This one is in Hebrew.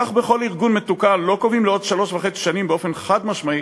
כך בכל ארגון מתוקן: לא קובעים לעוד שלוש וחצי שנים באופן חד-משמעי